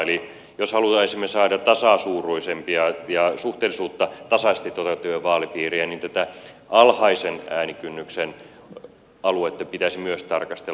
eli jos halutaan esimerkiksi saada tasasuuruisempia ja suhteellisuutta tasaisesti toteuttavia vaalipiirejä niin tätä alhaisen äänikynnyksen aluetta pitäisi myös tarkastella